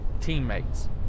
teammates